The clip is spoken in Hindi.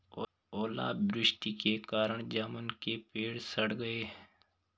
ओला वृष्टि के कारण जामुन के पेड़ सड़ गए